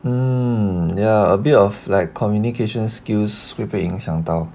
um ya a bit of like communication skills 会被影响到